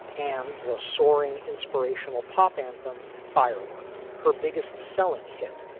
and the soaring inspirational pop anthem firework her biggest selling hit,